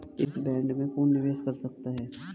इस बॉन्ड में कौन निवेश कर सकता है?